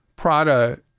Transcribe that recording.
Prada